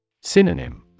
Synonym